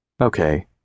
Okay